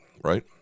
right